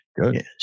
Good